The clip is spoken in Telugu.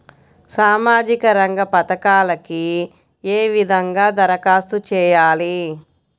సామాజిక రంగ పథకాలకీ ఏ విధంగా ధరఖాస్తు చేయాలి?